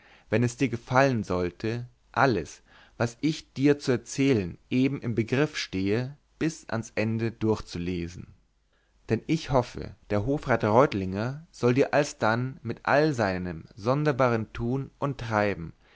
wenn es dir gefallen sollte alles was ich dir zu erzählen eben im begriff stehe bis ans ende durchzulesen denn ich hoffe der hofrat reutlinger soll dir alsdann mit all seinem sonderbaren tun und treiben